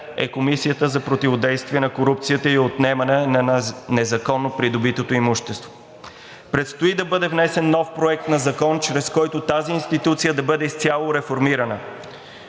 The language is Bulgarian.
е Комисията за противодействие на корупцията и отнемане на незаконно придобитото имущество. Предстои да бъде внесен нов проект на закон, чрез който тази институция да бъде изцяло реформирана.